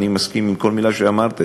אני מסכים עם כל מילה שאמרתם.